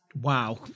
Wow